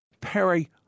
Perry